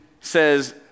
says